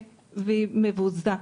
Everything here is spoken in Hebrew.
והיא מבוזה.